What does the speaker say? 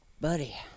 buddy